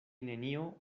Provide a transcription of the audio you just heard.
nenio